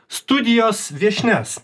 studijos viešnias